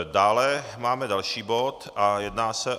Dále máme další bod a jedná se o